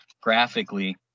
graphically